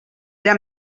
era